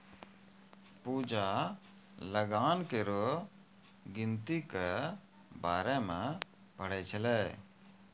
पूजा लगान केरो गिनती के बारे मे पढ़ै छलै